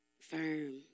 firm